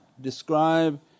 describe